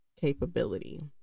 capability